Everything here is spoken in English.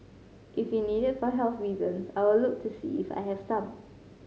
if you need it for health reasons I will look to see if I have some